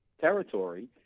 territory